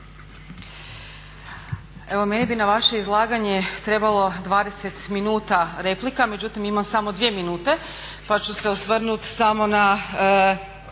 Evo meni bi na vaše izlaganje trebalo 20 minuta replika, međutim imam samo 2 minute, pa ću se osvrnuti samo na